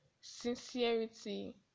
sincerity